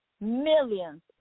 millions